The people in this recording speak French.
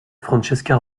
francesca